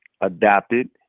adapted